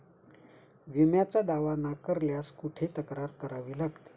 विम्याचा दावा नाकारल्यास कुठे तक्रार करावी लागते?